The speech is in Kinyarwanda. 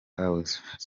house